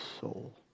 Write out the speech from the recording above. soul